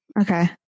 okay